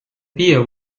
beer